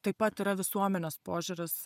taip pat yra visuomenės požiūris